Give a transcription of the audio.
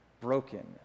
broken